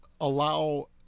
allow